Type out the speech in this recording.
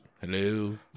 Hello